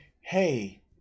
hey